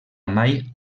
mai